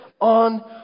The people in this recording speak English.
on